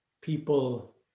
people